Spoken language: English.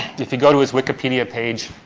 if you go to his wikipedia page,